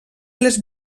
les